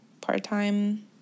part-time